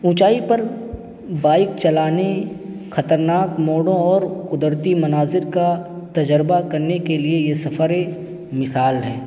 اونچائی پر بائک چلانے خطرناک موڑوں اور قدرتی مناظر کا تجربہ کرنے کے لیے یہ سفرِ مثال ہے